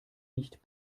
nicht